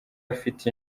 afite